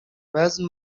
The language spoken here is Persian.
وزن